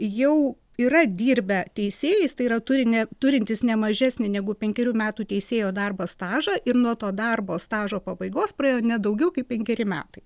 jau yra dirbę teisėjais tai yra turi ne turintys ne mažesnį negu penkerių metų teisėjo darbo stažą ir nuo to darbo stažo pabaigos praėjo ne daugiau kaip penkeri metai